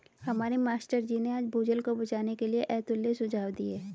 हमारे मास्टर जी ने आज भूजल को बचाने के लिए अतुल्य सुझाव दिए